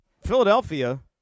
Philadelphia